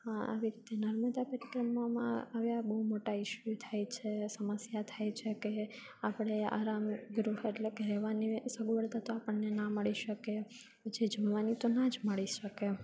આવી રીતે નર્મદા પરિક્રમામાં આ રહ્યા બહુ મોટા ઇશ્યૂ થાય છે સમસ્યા થાય છેકે આપણે આરામ ગૃહ એટલે કે રહેવાની સગવડતા તો આપણને ના મળી શકે પછી જમવાની તો ના જ મળી શકે